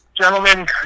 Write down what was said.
Gentlemen